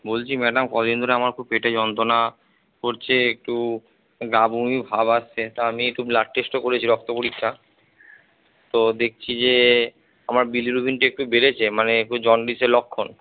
বলছি ম্যাডাম কদিন ধরে আমার খুব পেটে যন্তণা করছে একটু গা বমি ভাব আসছে তা আমি একটু ব্লাড টেস্টও করেছি রক্ত পরীক্ষা তো দেখছি যে আমার বিলিরুবিনটা একটু বেড়েছে মানে একটু জন্ডিসের লক্ষণ